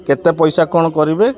କେତେ ପଇସା କ'ଣ କରିବେ